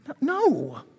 No